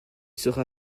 sera